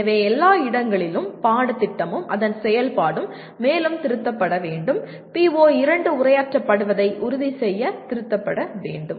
எனவே எல்லா இடங்களிலும் பாடத்திட்டமும் அதன் செயல்பாடும் மேலும் திருத்தப்பட வேண்டும் PO2 உரையாற்றப்படுவதை உறுதிசெய்ய திருத்தப்பட வேண்டும்